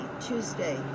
Tuesday